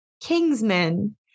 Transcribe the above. Kingsman